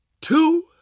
two